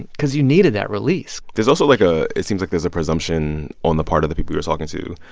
because you needed that release there's also, like, a it seems like there's a presumption on the part of the people you're talking to,